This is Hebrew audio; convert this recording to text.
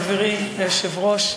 חברי היושב-ראש,